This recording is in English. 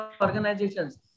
organizations